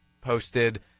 posted